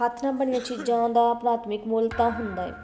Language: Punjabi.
ਹੱਥ ਨਾਲ ਬਣੀਆਂ ਚੀਜ਼ਾਂ ਦਾ ਪ੍ਰਾਥਮਿਕ ਮੁੱਲ ਤਾਂ ਹੁੰਦਾ ਏ